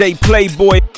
Playboy